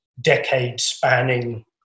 decade-spanning